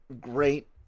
great